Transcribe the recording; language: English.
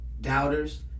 doubters